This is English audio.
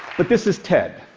but this is ted,